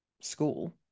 school